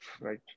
right